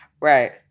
Right